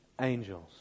angels